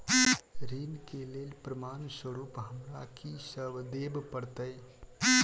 ऋण केँ लेल प्रमाण स्वरूप हमरा की सब देब पड़तय?